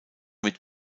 mit